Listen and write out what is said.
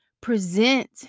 present